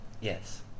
Yes